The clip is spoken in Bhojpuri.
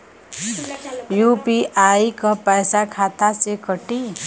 यू.पी.आई क पैसा खाता से कटी?